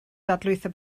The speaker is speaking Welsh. dadlwytho